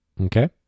okay